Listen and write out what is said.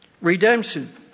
redemption